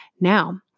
Now